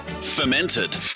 fermented